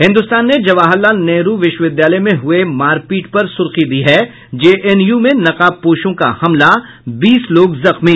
हिन्दुस्तान ने जवाहर लाल नेहरू विश्वविद्यालय में हुये मारपीट पर सुर्खी दी है जेएनयू में नकाबपोशों का हमला बीस लोग जख्मी